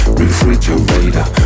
refrigerator